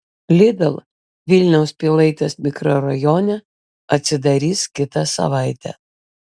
lidl vilniaus pilaitės mikrorajone atsidarys kitą savaitę